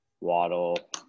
Waddle